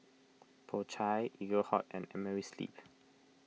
Po Chai Eaglehawk and Amerisleep